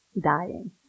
Dying